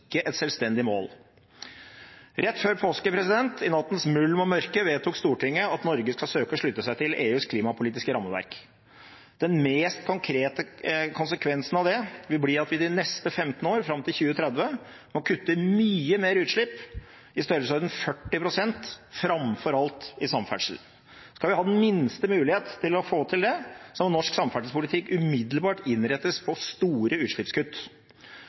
nattens mulm og mørke, vedtok Stortinget at Norge skal søke å slutte seg til EUs klimapolitiske rammeverk. Den mest konkrete konsekvensen av det vil bli at vi de neste 15 år, fram til 2030, må kutte mye mer i utslipp, i størrelsesorden 40 pst., og framfor alt i samferdsel. Skal vi ha den minste mulighet til å få til det, må norsk samferdselspolitikk umiddelbart innrettes mot store utslippskutt.